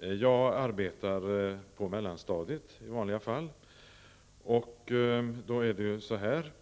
Jag arbetar i vanliga fall på mellanstadiet.